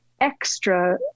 extra